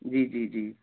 जी जी जी